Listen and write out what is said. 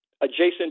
adjacent